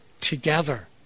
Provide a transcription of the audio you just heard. together